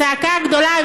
הצעקה הגדולה,